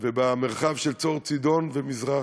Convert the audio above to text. ובמרחב של צור צידון ומזרחה.